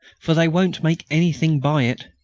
for they won't make anything by it.